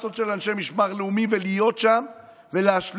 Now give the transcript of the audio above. מסות של אנשי משמר לאומי, להיות שם ולהשליט